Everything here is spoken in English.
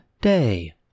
day